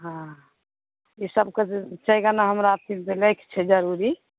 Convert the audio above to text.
हँ ई सबके जे छै गणना हमरा फिरसँ लैकऽ छै जरूरी